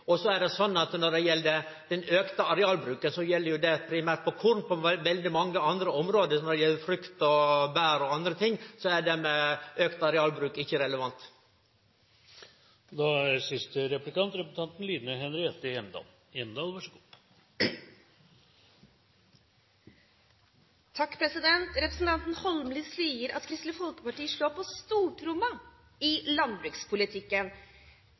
Så er det sånn at med omsyn til den auka arealbruken gjeld jo det primært for korn. På veldig mange andre område, som når det gjeld frukt og bær og andre ting, er det med auka arealbruk ikkje relevant. Representanten Holmelid sier at Kristelig Folkeparti slår på «stortromma» i landbrukspolitikken. Kristelig Folkeparti står opp for bøndene, Kristelig Folkeparti